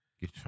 Get